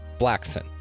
Blackson